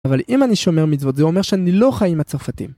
אבל אם אני שומר מצוות, זה אומר שאני לא חי עם הצרפתים.